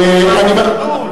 אם היה להם אומץ,